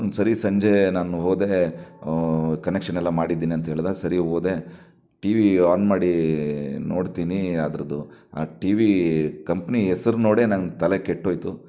ಸರಿ ಸಂಜೆ ನಾನು ಹೋದೆ ಕನೆಕ್ಷನ್ ಎಲ್ಲ ಮಾಡಿದ್ದೀನಿ ಅಂತ ಹೇಳಿದ ಸರಿ ಹೋದೆ ಟಿವಿ ಆನ್ ಮಾಡಿ ನೋಡ್ತೀನಿ ಅದರದು ಆ ಟಿವೀ ಕಂಪ್ನಿ ಹೆಸ್ರ್ ನೋಡೇ ನಂಗೆ ತಲೆ ಕೆಟ್ಟು ಹೋಯ್ತು